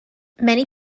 many